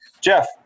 Jeff